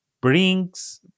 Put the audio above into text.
brings